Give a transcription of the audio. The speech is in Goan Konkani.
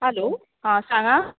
हॅलो हा सांगां